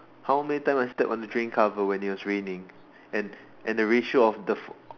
how many times I stepped on the drain cover when it was raining and and the ratio of the f~